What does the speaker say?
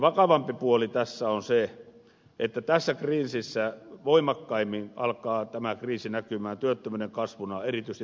vakavampi puoli tässä on se että tämä kriisi alkaa voimakkaammin näkyä työttömyyden kasvuna erityisesti nuorissa ikäluokissa